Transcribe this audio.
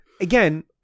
again